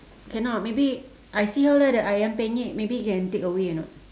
cannot maybe I see how lah the ayam-penyet maybe can takeaway or not